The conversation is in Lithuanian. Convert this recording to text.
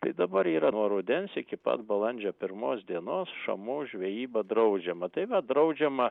tai dabar yra nuo rudens iki pat balandžio pirmos dienos šamų žvejyba draudžiama taip va draudžiama